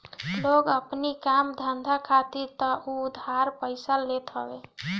लोग अपनी काम धंधा खातिर तअ उधार पइसा लेते हवे